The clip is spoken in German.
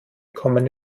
kommen